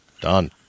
Done